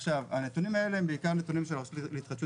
הנתונים האלה הם בעיקר נתונים של הרשות להתחדשות